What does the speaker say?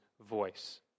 voice